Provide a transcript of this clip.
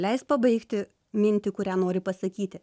leis pabaigti mintį kurią nori pasakyti